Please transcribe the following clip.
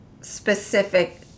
specific